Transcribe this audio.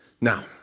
Now